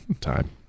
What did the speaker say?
Time